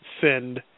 send